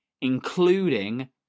including